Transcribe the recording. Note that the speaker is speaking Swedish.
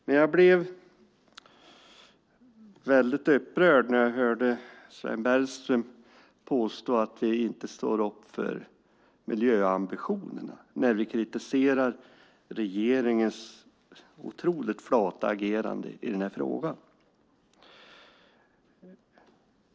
Men jag blev väldigt upprörd när jag hörde Sven Bergström påstå att vi inte står upp för miljöambitionerna när vi kritiserar regeringens otroligt flata agerande i den här frågan.